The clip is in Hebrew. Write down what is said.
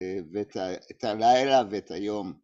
ואת הלילה ואת היום.